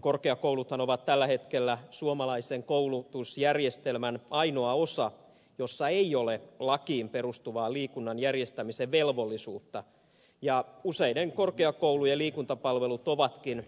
korkeakouluthan ovat tällä hetkellä suomalaisen koulutusjärjestelmän ainoa osa jossa ei ole lakiin perustuvaa liikunnan järjestämisen velvollisuutta ja useiden korkeakoulujen liikuntapalvelut ovatkin